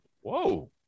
Whoa